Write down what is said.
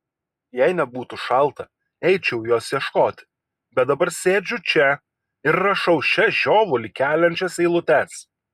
jei nebūtų šalta eičiau jos ieškoti bet dabar sėdžiu čia ir rašau šias žiovulį keliančias eilutes